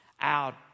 out